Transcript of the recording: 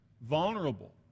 vulnerable